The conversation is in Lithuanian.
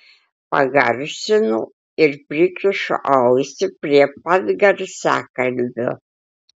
pagarsinu ir prikišu ausį prie pat garsiakalbio